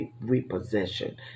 repossession